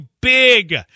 big